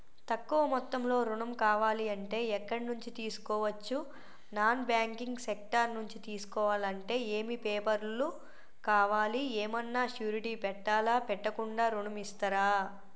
తక్కువ మొత్తంలో ఋణం కావాలి అంటే ఎక్కడి నుంచి తీసుకోవచ్చు? నాన్ బ్యాంకింగ్ సెక్టార్ నుంచి తీసుకోవాలంటే ఏమి పేపర్ లు కావాలి? ఏమన్నా షూరిటీ పెట్టాలా? పెట్టకుండా ఋణం ఇస్తరా?